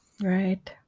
Right